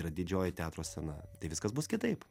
yra didžioji teatro scena tai viskas bus kitaip